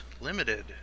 Limited